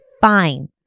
fine